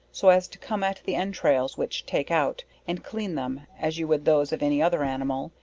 so as to come at the entrails which take out, and clean them, as you would those of any other animal,